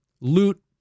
loot